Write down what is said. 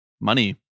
money